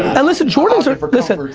and listen, jordans are, listen,